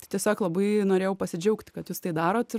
tai tiesiog labai norėjau pasidžiaugt kad jūs tai darot